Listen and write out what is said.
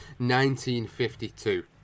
1952